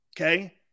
Okay